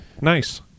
nice